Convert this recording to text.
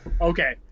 okay